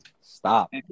Stop